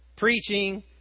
preaching